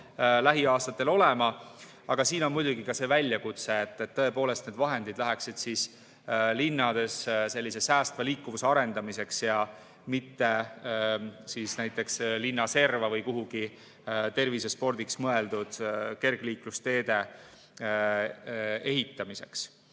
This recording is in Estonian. lähiaastatel kasutada. Aga siin on muidugi ka see väljakutse, et [jälgida, et] need vahendid läheksid siis ikka linnades säästva liikuvuse arendamiseks, mitte näiteks linnaserva või kuhugi tervisespordiks mõeldud kergliiklusteede ehitamiseks.